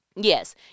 Yes